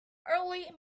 early